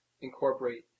incorporate